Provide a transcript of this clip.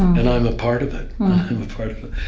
and i'm a part of it. i'm a part of it,